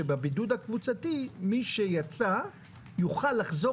שבבידוד הקבוצתי מי שיצא יוכל לחזור